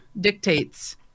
dictates